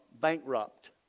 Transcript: bankrupt